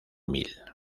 mil